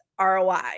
ROI